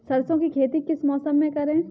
सरसों की खेती किस मौसम में करें?